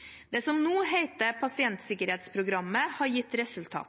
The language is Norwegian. Det som nå heter pasientsikkerhetsprogrammet, har gitt resultater.